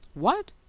what!